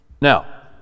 Now